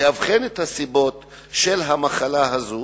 לאבחן את הסיבות של המחלה הזו,